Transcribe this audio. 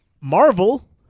Marvel